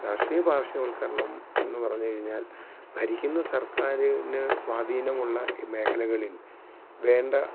രാഷ്ട്രീയ പാർശ്വവൽക്കരണം എന്നു പറഞ്ഞു കഴിഞ്ഞാൽ ഭരിക്കുന്ന സർക്കാരിന് സ്വാധീനമുള്ള മേഖലകളിൽ വേണ്ട